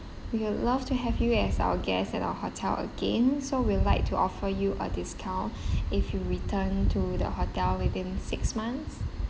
we would love to have you as our guest at our hotel again so we'll like to offer you a discount if you return to the hotel within six months